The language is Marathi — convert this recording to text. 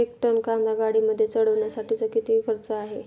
एक टन कांदा गाडीमध्ये चढवण्यासाठीचा किती खर्च आहे?